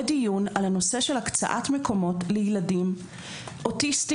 דיון על הנושא של הקצאת מקומות לילדים אוטיסטים,